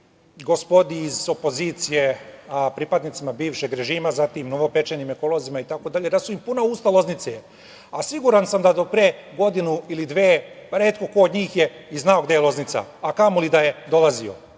gospodi iz opozicije, a pripadnicima bivšeg režima, zatim novopečenim ekolozima itd, puna usta Loznice, a siguran sam da do pre godinu ili dve retko ko od njih je i znao gde je Loznica, a kamoli je da je dolazio.